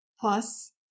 Plus